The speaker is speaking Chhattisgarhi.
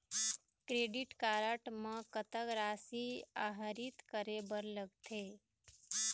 क्रेडिट कारड म कतक राशि आहरित करे बर लगथे?